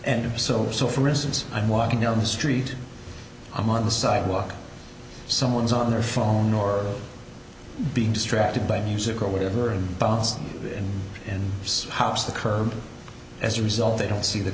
if so so for instance i'm walking down the street i'm on the sidewalk someone's on their phone or being distracted by music or whatever and bounced and house the curb as a result they don't see the